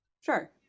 Sure